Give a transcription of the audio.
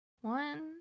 one